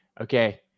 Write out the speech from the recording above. Okay